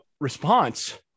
response